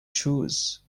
shoes